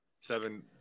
seven